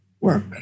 work